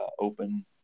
open